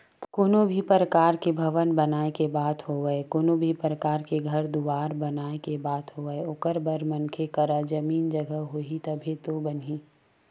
कोनो भी परकार के भवन बनाए के बात होवय कोनो परकार के घर दुवार बनाए के बात होवय ओखर बर मनखे करा जमीन जघा होही तभे तो बनही